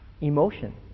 emotion